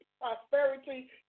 Prosperity